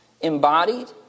embodied